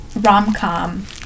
rom-com